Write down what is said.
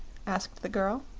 asked the girl.